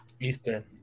Eastern